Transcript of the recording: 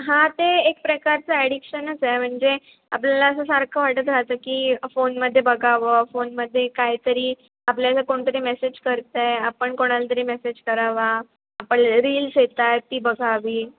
हां ते एक प्रकारचं ॲडिक्शनच आहे म्हणजे आपल्याला असं सारखं वाटत राहतं की फोनमध्ये बघावं फोनमध्ये काही तरी आपल्याला कोण तरी मेसेज करत आहे आपण कोणाला तरी मेसेज करावा आपण रील्स येत आहेत ती बघावी